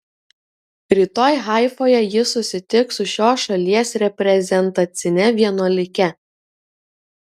rytoj haifoje ji susitiks su šios šalies reprezentacine vienuolike